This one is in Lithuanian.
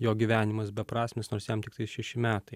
jo gyvenimas beprasmis nors jam tiktai šeši metai